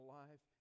life